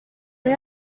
neu